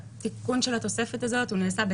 האמת שלא הבנתי מה רשות שדות התעופה עושה בדיון הזה.